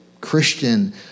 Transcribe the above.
Christian